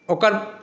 ओकर